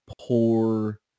poor